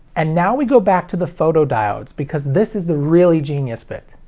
and now we go back to the photodiodes, because this is the really genius bit.